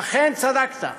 אכן צדקת.